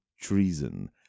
treason